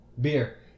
Beer